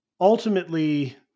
ultimately